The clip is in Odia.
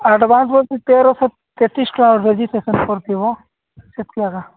ଆଡଭାନ୍ସ ହେଉଛି ତେରଶହ ତେତିଶ ଟଙ୍କା ରେଜିଷ୍ଟ୍ରେସନ୍ କରିଥିବ ସେତିକି ଏକା